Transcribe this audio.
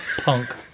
punk